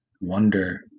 wonder